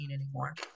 anymore